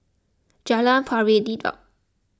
Jalan Pari Dedap